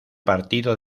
partido